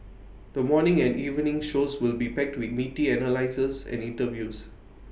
the morning and evening shows will be packed with meaty analyses and interviews